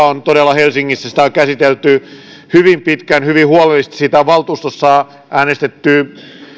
on todella helsingissä käsitelty hyvin pitkään hyvin huolellisesti siitä on valtuustossa äänestetty